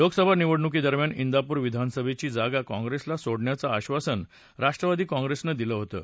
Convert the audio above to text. लोकसभा निवडणुकीदरम्यान इंदापूर विधानसभेची जागा काँग्रेसला सोडण्याचं आश्वासन राष्ट्रवादी काँग्रेसनं दिलं होतं